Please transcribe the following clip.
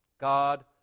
God